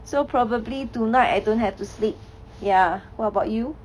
so probably tonight I don't have to sleep ya what about you